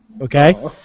Okay